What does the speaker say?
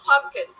pumpkin